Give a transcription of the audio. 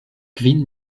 kvin